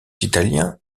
italiens